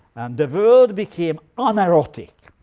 the world became unerotic,